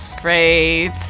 Great